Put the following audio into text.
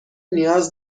نیاز